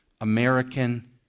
American